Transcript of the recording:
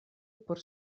por